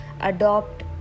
adopt